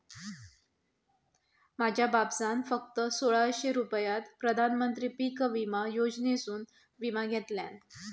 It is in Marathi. माझ्या बापसान फक्त सोळाशे रुपयात प्रधानमंत्री पीक विमा योजनेसून विमा घेतल्यान